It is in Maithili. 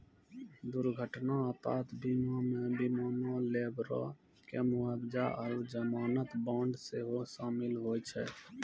दुर्घटना आपात बीमा मे विमानो, लेबरो के मुआबजा आरु जमानत बांड सेहो शामिल होय छै